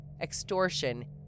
extortion